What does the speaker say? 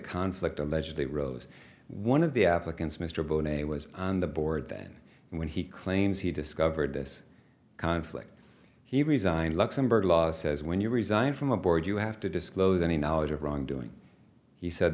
conflict allegedly rose one of the applicants mr bowen a was on the board then when he claims he discovered this conflict he resigned luxemburg law says when you resign from a board you have to disclose any knowledge of wrongdoing he said